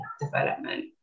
development